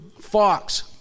fox